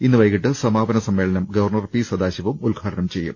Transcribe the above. ഇന്ന് വൈകീട്ട് സമാപനസമ്മേളനം ഗവർണർ പി സദാശിവം ഉദ്ഘാടനം ചെയ്യും